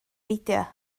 beidio